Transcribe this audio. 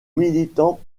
militants